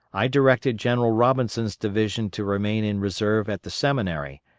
i directed general robinson's division to remain in reserve at the seminary,